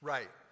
Right